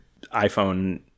iPhone